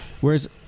Whereas